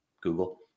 Google